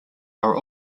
are